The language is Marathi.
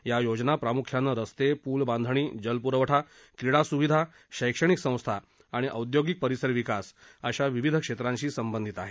या योजना प्रामुख्यानं रस्ते पूल बांधणी जलपुरवठा क्रीडा सुविधा शैक्षणिक संस्था आणि औद्योगिक परिसर विकास अशा विविध क्षेत्रांशी संबंधित आहेत